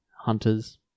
hunters